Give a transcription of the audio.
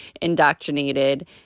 indoctrinated